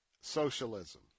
socialism